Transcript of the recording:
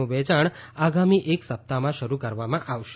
નું વેયાણ આગામી એક સપ્તાહમાં શરૂ કરવામાં આવશે